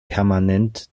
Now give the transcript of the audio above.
permanent